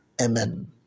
Amen